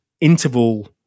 interval